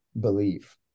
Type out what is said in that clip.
believe